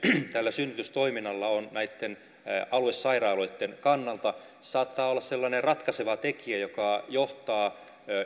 synnytystoiminnalla on näitten aluesairaaloitten kannalta se saattaa olla sellainen ratkaiseva tekijä joka johtaa